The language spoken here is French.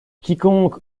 quiconque